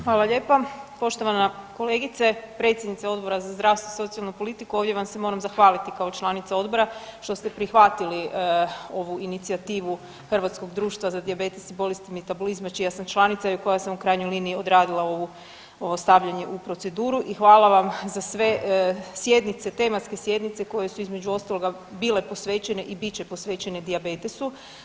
Hvala lijepa poštovana kolegice, predsjednice Odbora za zdravstvo i socijalnu politiku, ovdje sam se moram zahvaliti kao članica Odbora što ste prihvatili ovu inicijativu Hrvatskog društva za dijabetes i bolesti metabolizma čija sam članica i koja sam, u krajnjoj liniji, odradila ovu, ovo stavljanje u proceduru i hvala vam za sve sjednice, tematske sjednice koje su, između ostaloga, bile posvećene i bit će posvećene dijabetesu.